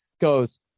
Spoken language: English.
goes